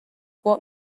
what